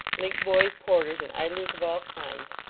link-boys, porters, and idlers of all kinds,